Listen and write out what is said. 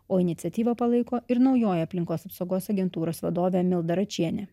o iniciatyvą palaiko ir naujoji aplinkos apsaugos agentūros vadovė milda račienė